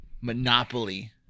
Monopoly